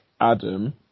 Adam